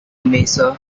maser